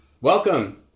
Welcome